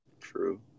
True